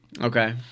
okay